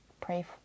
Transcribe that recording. Pray